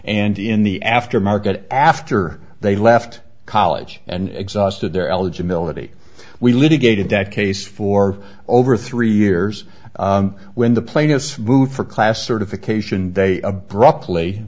and in the after market after they left college and exhausted their eligibility we litigated that case for over three years when the plaintiffs moved for class certification they abruptly